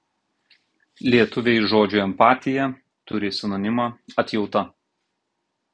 lietuviai žodžiui empatija turi sinonimą atjauta